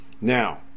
now